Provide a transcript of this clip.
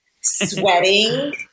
sweating